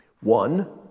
One